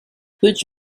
put